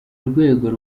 urwego